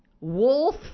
Wolf